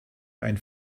ein